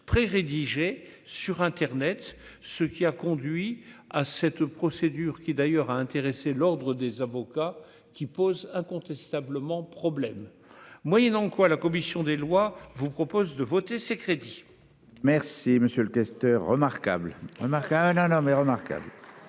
près rédigée sur Internet, ce qui a conduit à cette procédure, qui d'ailleurs a intéressé l'Ordre des avocats qui pose incontestablement problème moyennant quoi, la commission des lois vous propose de voter ces crédits.